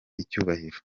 icyubahiro